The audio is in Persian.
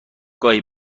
گاهی